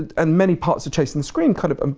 and many parts of chasing the scream kind of,